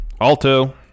Alto